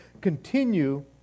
continue